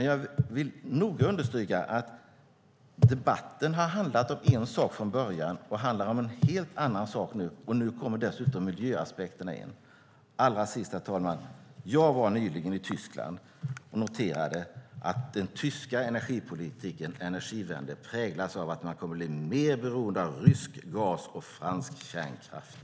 Jag vill noga understryka att debatten har handlat om en sak från början och nu handlar om en helt annan sak. Nu kommer dessutom miljöaspekterna in. Allra sist, herr talman: Jag var nyligen i Tyskland och noterade att den tyska energipolitiken präglas av att man kommer att bli mer beroende av rysk gas och fransk kärnkraft.